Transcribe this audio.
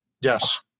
Yes